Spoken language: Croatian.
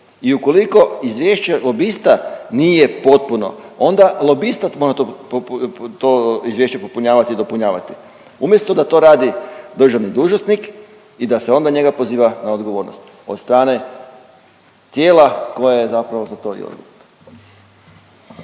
i ukoliko izvješće lobista nije potpuno onda lobista mora to, to izvješće popunjavati i dopunjavati umjesto da to radi državni dužnosnik i da se onda njega poziva na odgovornost od strane tijela koje je zapravo za to .../Govornik